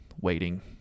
waiting